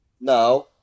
now